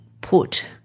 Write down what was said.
put